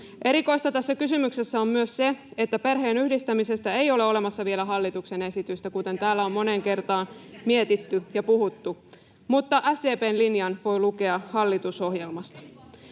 Erikoista tässä kysymyksessä on myös se, että perheenyhdistämisestä ei ole olemassa vielä hallituksen esitystä, kuten täällä on moneen kertaan mietitty ja puhuttu — mutta SDP:n linjan voi lukea hallitusohjelmasta.